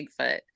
Bigfoot